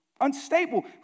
Unstable